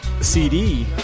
CD